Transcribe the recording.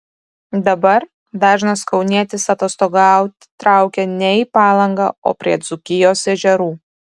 dabar dažnas kaunietis atostogauti traukia ne į palangą o prie dzūkijos ežerų